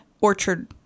orchard